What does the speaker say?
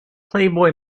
playboy